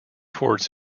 towards